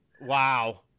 Wow